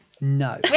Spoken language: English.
No